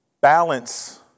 balance